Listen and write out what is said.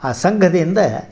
ಆ ಸಂಘದಿಂದ